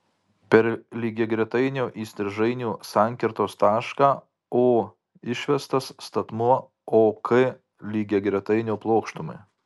per lygiagretainio įstrižainių sankirtos tašką o išvestas statmuo ok lygiagretainio plokštumai